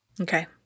Okay